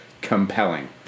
compelling